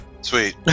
sweet